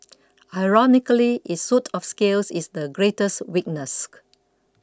ironically its suit of scales is the greatest weakness